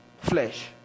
flesh